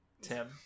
Tim